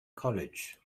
college